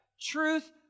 Truth